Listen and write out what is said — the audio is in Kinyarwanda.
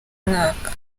mwaka